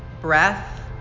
breath